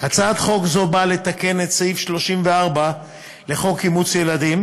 הצעת חוק זו באה לתקן את סעיף 34 לחוק אימוץ ילדים,